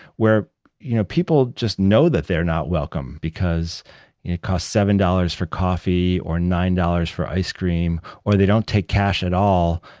where you know people just know that they're not welcome because because it costs seven dollars for coffee, or nine dollars for ice cream, or they don't take cash at all,